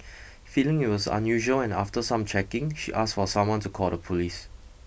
feeling it was unusual and after some checking she asked for someone to call the police